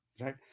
right